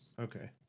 okay